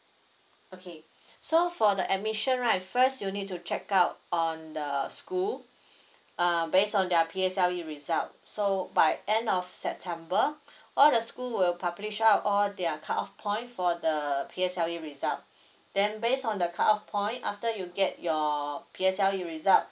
okay so for the admission right first you need to check out on the school uh based on their P_S_L_E result so by end of september all the school will publish out all their cut off point for the P_S_L_E result then based on the cut off point after you get your P_S_L_E result